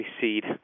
seed